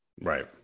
Right